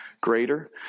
greater